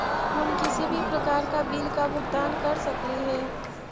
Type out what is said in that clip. हम किसी भी प्रकार का बिल का भुगतान कर सकली हे?